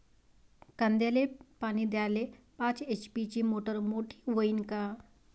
कांद्याले पानी द्याले पाच एच.पी ची मोटार मोटी व्हईन का?